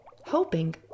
hoping